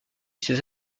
ses